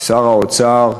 שר האוצר,